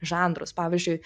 žanrus pavyzdžiui